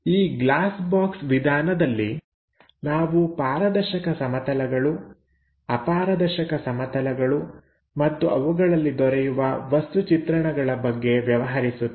ಈ glass box ವಿಧಾನದಲ್ಲಿ ನಾವು ಪಾರದರ್ಶಕ ಸಮತಲಗಳು ಅಪಾರದರ್ಶಕ ಸಮತಲಗಳು ಮತ್ತು ಅವುಗಳಲ್ಲಿ ದೊರೆಯುವ ವಸ್ತು ಚಿತ್ರಣಗಳ ಬಗ್ಗೆ ವ್ಯವಹರಿಸುತ್ತೇವೆ